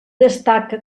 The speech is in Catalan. destaca